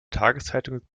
tageszeitung